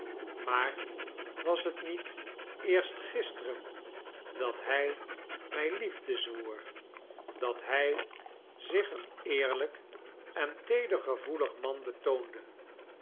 maar was het niet eerst gisteren dat hij mij liefde zwoer dat hij zich een eerlijk en teedergevoelig man betoonde